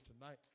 tonight